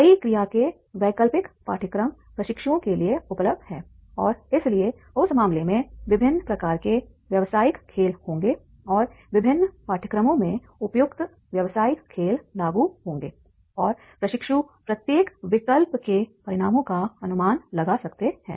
कई क्रिया के वैकल्पिक पाठ्यक्रम प्रशिक्षुओं के लिए उपलब्ध हैं और इसलिए उस मामले में विभिन्न प्रकार के व्यवसायिक खेल होंगे और विभिन्न पाठ्यक्रमों में उपयुक्त व्यावसायिक खेल लागू होंगे और प्रशिक्षु प्रत्येक विकल्प के परिणामों का अनुमान लगा सकते हैं